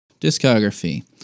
Discography